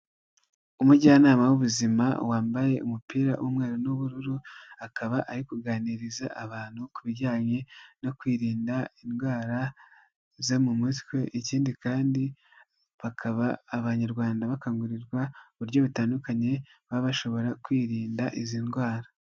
Umujyanama w'ubuzima wambaye umupira w'umweru n'ubururu, akaba ari kuganiriza abantu ku bijyanye no kwirinda indwara zo mu mutwe, ikindi kandi bakaba abanyarwanda bakangurirwa uburyo butandukanye baba bashobora kwirinda izi ndwara.